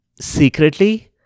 Secretly